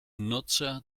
nutzer